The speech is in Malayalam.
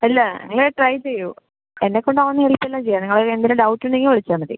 അല്ലാ നിങ്ങള് ട്രൈ ചെയ്യൂ എന്നെ കൊണ്ടാവുന്ന ഹെല്പ്പെല്ലാം ചെയ്യാം നിങ്ങൾ എന്തേലും ഡൗട്ട് ഉണ്ടെങ്കിൽ വിളിച്ചാൽ മതി